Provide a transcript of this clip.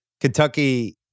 Kentucky